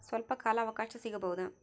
ಸ್ವಲ್ಪ ಕಾಲ ಅವಕಾಶ ಸಿಗಬಹುದಾ?